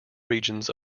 regions